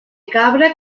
cabra